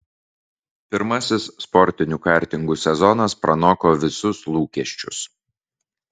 pirmasis sportinių kartingų sezonas pranoko visus lūkesčius